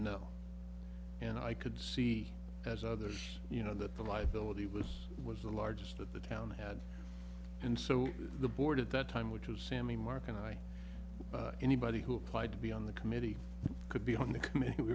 know and i could see as others you know that the life bill it was was the largest of the town had and so the board at that time which was sammy mark and i in the body who applied to be on the committee could be on the committee we